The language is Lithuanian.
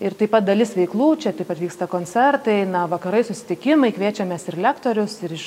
ir taip pat dalis veiklų čia taip pat vyksta koncertai vakarai susitikimai kviečiamės ir lektorius ir iš